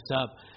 up